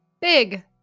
big